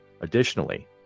Additionally